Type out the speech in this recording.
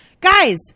Guys